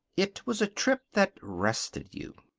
it was a trip that rested you.